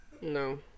No